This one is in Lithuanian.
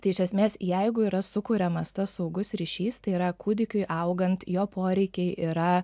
tai iš esmės jeigu yra sukuriamas tas saugus ryšys tai yra kūdikiui augant jo poreikiai yra